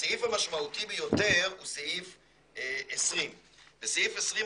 הסעיף המשמעותי ביותר הוא סעיף 20. סעיף 20,